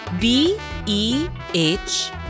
B-E-H